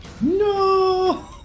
No